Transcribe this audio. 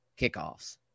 kickoffs